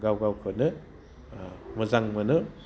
गाव गावखौनो मोजां मोनो